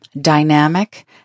dynamic